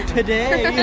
Today